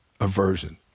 aversion